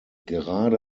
gerade